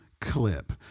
clip